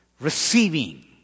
receiving